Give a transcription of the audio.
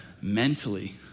mentally